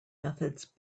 methods